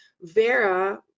VERA